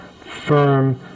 firm